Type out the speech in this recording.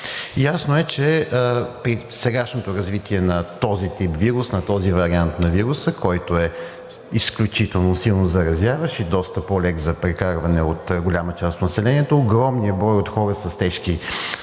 Ясно е, че при сегашното развитие на този тип вирус, на този вариант на вируса, който е изключително силно заразяващ и доста по-лек за прекарване от голяма част от населението, огромният брой от хора с тежки симптоми